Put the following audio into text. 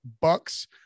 Bucks